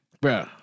bro